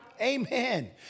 Amen